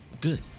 Good